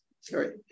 sorry